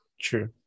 True